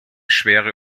schwere